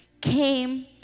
came